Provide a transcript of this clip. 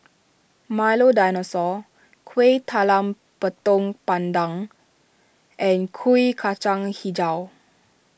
Milo Dinosaur Kueh Talam Tepong Pandan and Kuih Kacang HiJau